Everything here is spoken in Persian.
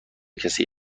کسی